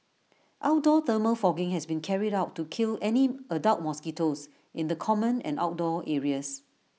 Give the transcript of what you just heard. outdoor thermal fogging has been carried out to kill any adult mosquitoes in the common and outdoor areas